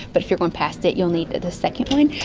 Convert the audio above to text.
but if you're going past it, you'll need the second one and